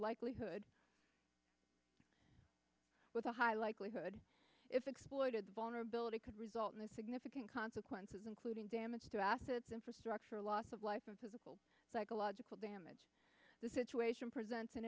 likelihood with a high likelihood if exploited vulnerability could result in significant consequences including damage to assets infrastructure loss of life and physical psychological damage the situation presents an